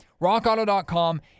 rockauto.com